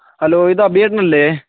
hello ഇത് അബിയേട്ടനല്ലേ